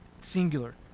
singular